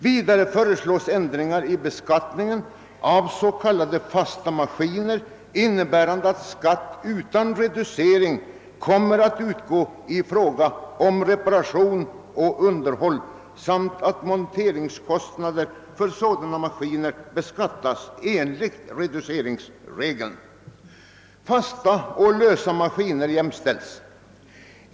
Vidare föreslås ändringar i beskattningen av s.k. fasta maskiner innebärande att skatt utan reducering kommer att utgå i fråga om reparation och underhåll samt att monteringskostnader för sådana maskiner beskattas enligt reduceringsregeln. Fasta och lösa maskiner jämställs.